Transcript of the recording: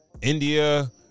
India